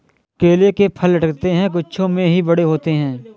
केले के फल लटकते गुच्छों में ही बड़े होते है